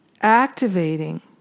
Activating